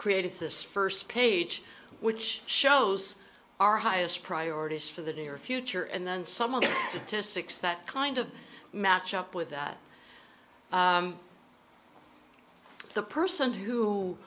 created this first page which shows our highest priorities for the near future and then some of them to six that kind of match up with that the person who